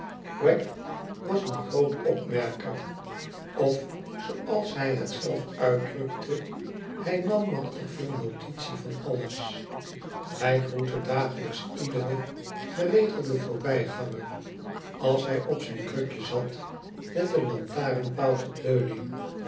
wegg was een groot opmerker of zooals hij het zelf uitdrukte hij nam i machtig veel notitie van alles hij groette dagelijks lederen geregelden voorbijganger als hij op zijn krukje zat met den lantarenpaal tot leuning